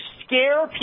scare